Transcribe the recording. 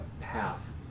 path